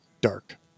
dark